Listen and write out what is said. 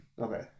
Okay